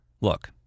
Look